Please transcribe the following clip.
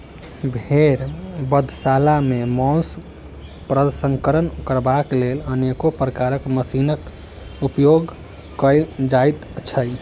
भेंड़ बधशाला मे मौंस प्रसंस्करण करबाक लेल अनेको प्रकारक मशीनक उपयोग कयल जाइत छै